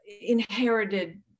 Inherited